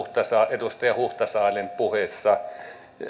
edustaja huhtasaaren puheessa